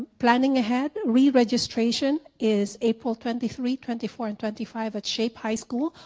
planning ahead re-registration is april twenty three twenty four and twenty five at shape high school.